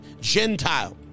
Gentile